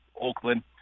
Oakland